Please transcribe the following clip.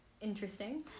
Interesting